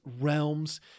realms